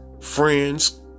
friends